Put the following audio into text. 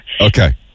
Okay